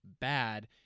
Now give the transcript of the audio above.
bad